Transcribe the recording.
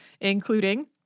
including